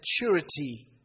maturity